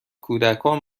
کودکان